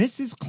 Mrs